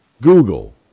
Google